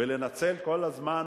ולנצל כל הזמן